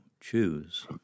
choose